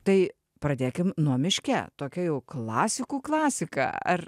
tai pradėkim nuo miške tokia jau klasikų klasika ar